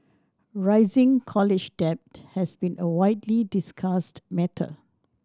rising college debt has been a widely discussed matter